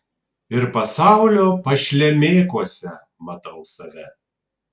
ir pasaulio pašlemėkuose matau save